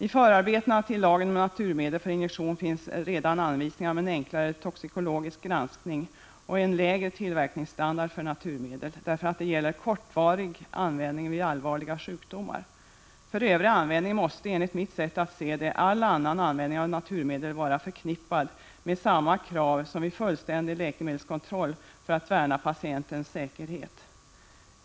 I förarbetena till lagen om naturmedel för injektion finns redan anvisningar om en enklare toxikologisk granskning och en lägre tillverkningsstandard för naturmedel, därför att de gäller kortvarig användning vid allvarliga sjukdomar. För övrigt måste, enligt mitt sätt att se, all annan användning av naturmedel vara förknippad med krav på fullständig läkemedelskontroll för att värna patienternas säkerhet.